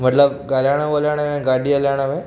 मतिलबु ॻाल्हाइणु ॿोलाइण में ऐं गाॾी हलाइण में